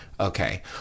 Okay